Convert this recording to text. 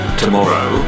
tomorrow